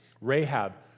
Rahab